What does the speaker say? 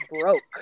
broke